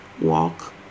walk